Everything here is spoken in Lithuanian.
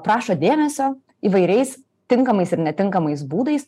prašo dėmesio įvairiais tinkamais ir netinkamais būdais